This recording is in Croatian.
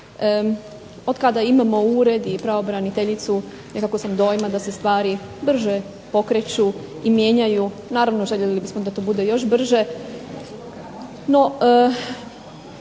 Od kada imamo ured i pravobraniteljicu nekako sam dojma da se stvari brže pokreću i mijenjaju. Naravno željeli bismo da to bude još brže.